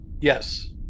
Yes